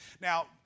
Now